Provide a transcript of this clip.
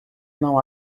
não